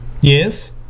Yes